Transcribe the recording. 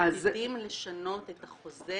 עתידים לשנות את החוזר.